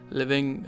living